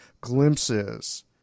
glimpses